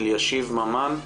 אלישיב ממן.